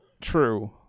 True